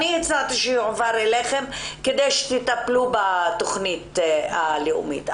אני הצעתי שיעבירו אליכם כדי שתטפלו בתכנית הלאומית.